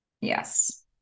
yes